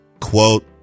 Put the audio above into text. quote